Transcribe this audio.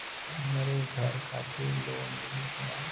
हमरे घर खातिर लोन मिली की ना?